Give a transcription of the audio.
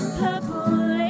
purple